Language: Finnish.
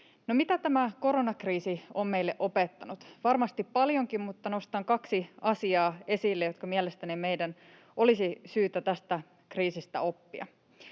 mitä tämä koronakriisi on meille opettanut? Varmasti paljonkin, mutta nostan kaksi asiaa esille, jotka mielestäni meidän olisi syytä tästä kriisistä oppia: